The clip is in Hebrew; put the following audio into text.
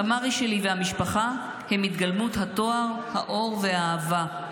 תמרי שלי והמשפחה הם התגלמות הטוהר, האור והאהבה.